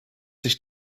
sich